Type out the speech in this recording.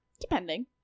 Depending